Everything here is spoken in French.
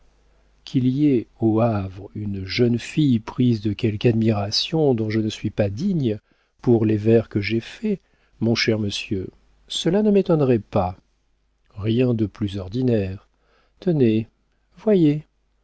qu'il y ait au havre une jeune fille prise de quelque admiration dont je ne suis pas digne pour les vers que j'ai faits mon cher monsieur cela ne m'étonnerait pas rien de plus ordinaire tenez voyez